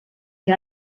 que